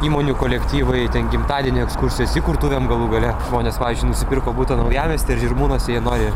įmonių kolektyvai ten gimtadienio ekskursijos įkurtuvėm galų gale žmonės pavyzdžiui nusipirko butą naujamiestyje ar žirmūnuose jie nori